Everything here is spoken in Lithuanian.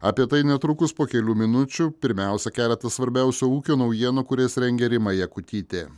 apie tai netrukus po kelių minučių pirmiausia keletas svarbiausių ūkio naujienų kurias rengia rima jakutytė